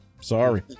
Sorry